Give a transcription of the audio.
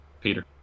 Peter